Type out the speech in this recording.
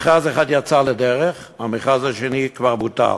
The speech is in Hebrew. מכרז אחד יצא לדרך, המכרז השני כבר בוטל.